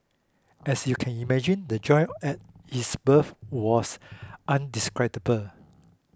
as you can imagine the joy at his birth was indescribable